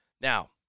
Now